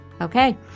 Okay